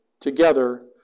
together